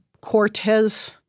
Cortez